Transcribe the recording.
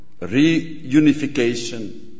reunification